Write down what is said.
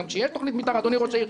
גם כשיש תוכנית מתאר אדוני ראש העיר,